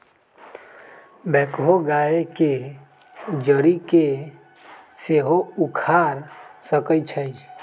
backhoe गाछ के जड़ी के सेहो उखाड़ सकइ छै